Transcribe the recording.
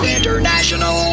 International